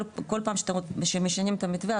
כל פעם שמשנים את המתווה,